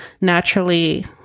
naturally